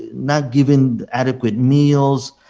not given adequate meals,